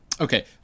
okay